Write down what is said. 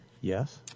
Yes